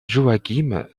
joachim